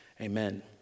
Amen